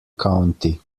county